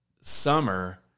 summer